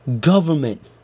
government